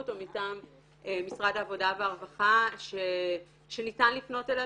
או מטעם משרד העבודה והרווחה שניתן לפנות אליה,